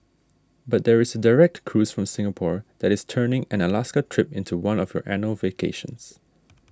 but there is direct cruise from Singapore that is turning an Alaska trip into one of your annual vacations